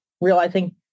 realizing